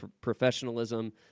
professionalism